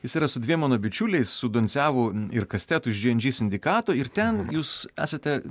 jis yra su dviem mano bičiuliais su doncevu ir kastetu iš džy en džy sindikato ir ten jūs esate